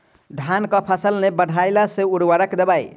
धान कऽ फसल नै बढ़य छै केँ उर्वरक देबै?